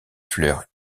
fleurs